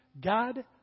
God